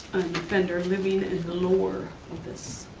offender living in the lower of this.